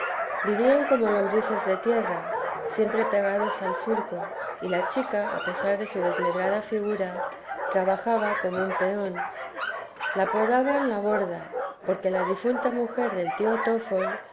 vivían como lombrices de tierra siempre pegados al surco y la chica a pesar de su desmedrada figura trabajaba como un peón la apodaban la borda porque la difunta mujer del tío tfol